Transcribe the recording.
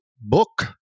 book